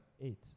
Eight